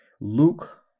Luke